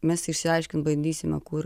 mes išsiaiškint bandysime kur